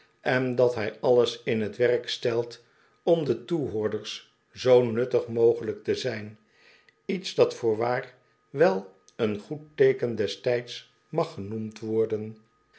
en dat hij alles in t werk stelt om den toehoorders zoo nuttig mogelijk te zijn iets dat voorwaar wol een goed teeken des tijds mag genoemd worden